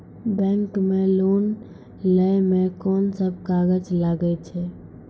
Bank मे loan लै मे कोन सब कागज लागै छै?